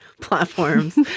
platforms